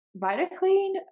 vitaclean